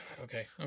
okay